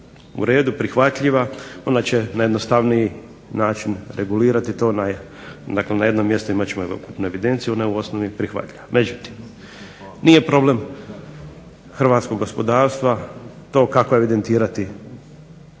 u redu, prihvatljiva. Ona će na jednostavniji način regulirati to, dakle na jednom mjestu imat ćemo ukupnu evidenciju, ona je u osnovi prihvatljiva. Međutim, nije problem hrvatskog gospodarstva to kako evidentirati